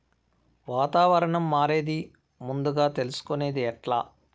వాతావరణం మారేది ముందుగా తెలుసుకొనేది ఎట్లా?